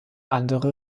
andere